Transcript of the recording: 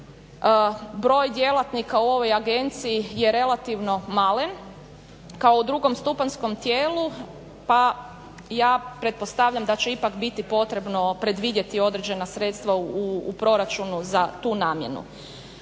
Broj djelatnika u ovoj Agenciji je relativno malen, kao u drugostupanjskom tijelu, pa ja pretpostavljam da će ipak biti potrebno predvidjeti određena sredstva u proračunu za tu namjenu.